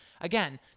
Again